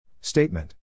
Statement